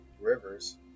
rivers